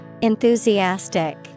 Enthusiastic